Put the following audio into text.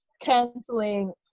canceling